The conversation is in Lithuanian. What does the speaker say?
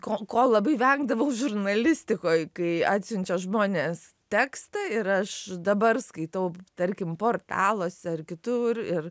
ko ko labai vengdavau žurnalistikoj kai atsiunčia žmonės tekstą ir aš dabar skaitau tarkim portaluose ar kitur ir